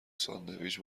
ساندویچ